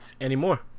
Anymore